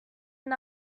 and